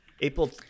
April